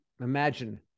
imagine